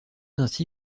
ainsi